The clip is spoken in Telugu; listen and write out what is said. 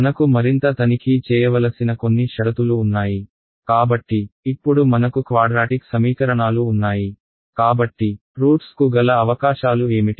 మనకు మరింత తనిఖీ చేయవలసిన కొన్ని షరతులు ఉన్నాయి కాబట్టి ఇప్పుడు మనకు క్వాడ్రాటిక్ సమీకరణాలు ఉన్నాయి కాబట్టి రూట్స్ కు గల అవకాశాలు ఏమిటి